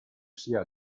sia